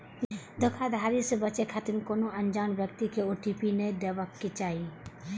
धोखाधड़ी सं बचै खातिर कोनो अनजान व्यक्ति कें ओ.टी.पी नै देबाक चाही